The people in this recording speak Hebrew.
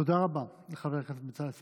תודה רבה לחבר הכנסת בצלאל סמוטריץ'.